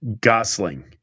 Gosling